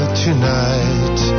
tonight